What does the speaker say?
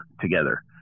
together